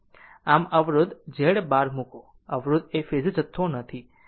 આમ અવરોધ એ z બાર મુકો અવરોધ એ ફેઝર જથ્થો નથી